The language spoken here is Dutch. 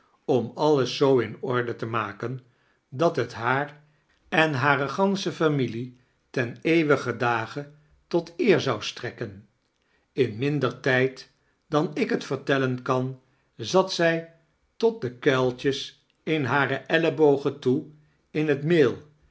om alles zoo in orde te maken dat het haar en hare gansche familie ten eeuwigen dage tot eer zou strekken in minder tijd dan ik t vertelleh kan zat zij tot de kudltjes in hare ellebogen toe in het meel